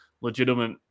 legitimate